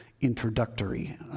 introductory